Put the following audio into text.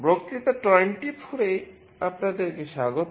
বক্তৃতা 24 এ আপনাদের কে স্বাগত